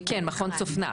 כן, מכון צפנת.